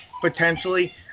potentially